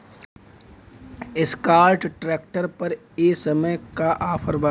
Escort tractor पर ए समय का ऑफ़र बा?